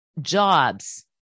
jobs